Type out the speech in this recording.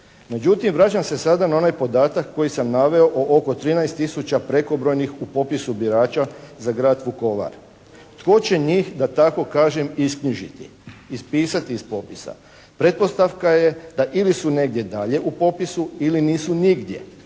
Međutim, vraćam se sada na onaj podatak koji sam naveo o oko 13 tisuća prekobrojnih u popisu birača za Grad Vukovar. Tko će njih, da tako kažem, isknjižiti, ispisati iz popisa? Pretpostavka je da ili su negdje dalje u popisu ili nisu nigdje.